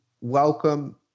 welcome